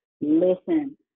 Listen